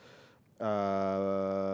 uh